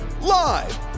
live